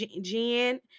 Jen